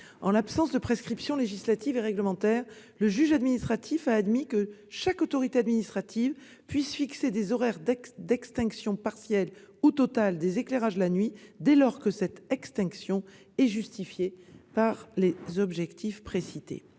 En l'absence de prescription législative et réglementaire, le juge administratif admet que chaque autorité administrative puisse fixer des horaires d'extinction partielle ou totale des éclairages la nuit, dès lors que cette extinction est justifiée par les objectifs précités.